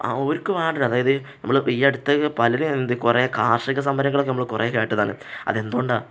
ആ അവര്ക്ക് അതായത് നമ്മള് ഈ അടുത്ത പലരും എന്ത് കുറേ കാർഷിക സമരങ്ങളൊക്കെ നമ്മള് കുറേ കേട്ടതാണ് അതെന്തുകൊണ്ടാണ്